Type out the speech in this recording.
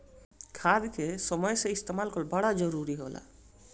खाद के समय से इस्तेमाल कइल बड़ा जरूरी होला